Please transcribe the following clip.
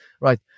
right